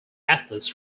athletes